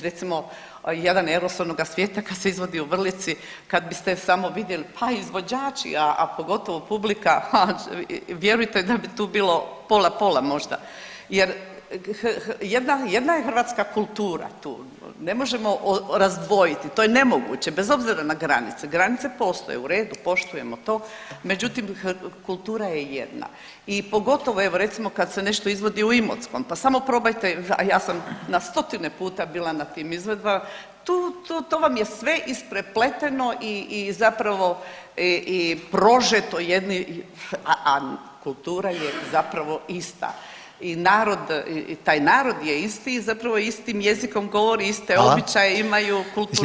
Recimo jedan „Ero s onoga svijeta“ kad se izvodi u Vrlici kad biste samo vidjeli, pa i izvođači, a pogotovo publika vjerujte da bi tu bilo pola pola možda jer jedna, jedna je hrvatska kultura tu, ne možemo razdvojiti, to je nemoguće bez obzira na granice, granice postoje, u redu, poštujemo to, međutim kultura je jedna i pogotovo evo recimo kad se nešto izvodi u Imotskom, pa samo probajte, a ja sam na stotine puta bila na tim izvedbama, tu, to vam je sve isprepleteno i zapravo i prožeto jednim, a kultura je zapravo ista i narod i taj narod je isti i zapravo istim jezikom govore [[Upadica: Hvala]] iste običaje imaju, kulturne.